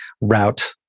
route